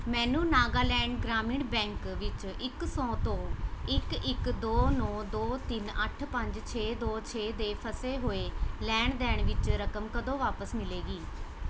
ਮੈਨੂੰ ਨਾਗਾਲੈਂਡ ਗ੍ਰਾਮੀਣ ਬੈਂਕ ਵਿੱਚ ਇੱਕ ਸੌ ਤੋਂ ਇੱਕ ਇੱਕ ਦੋ ਨੌਂ ਦੋ ਤਿੰਨ ਅੱਠ ਪੰਜ ਛੇ ਦੋ ਛੇ ਦੇ ਫਸੇ ਹੋਏ ਲੈਣ ਦੇਣ ਵਿੱਚ ਰਕਮ ਕਦੋਂ ਵਾਪਸ ਮਿਲੇਗੀ